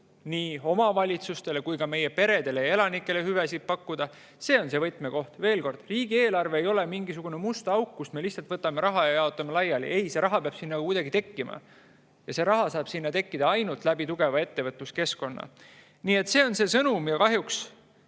nii omavalitsustele kui ka meie peredele ja elanikele. See on see võtmekoht. Veel kord: riigieelarve ei ole mingisugune must auk, kust me lihtsalt võtame raha ja jaotame laiali. Ei, see raha peab sinna kuidagi ka tekkima. Ja see raha saab sinna tekkida ainult tugeva ettevõtluskeskkonna kaudu. Nii et see on see sõnum. Kahjuks